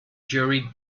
jury